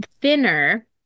thinner